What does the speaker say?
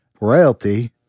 royalty